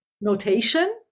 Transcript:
notation